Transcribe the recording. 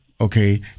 Okay